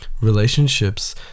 relationships